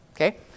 okay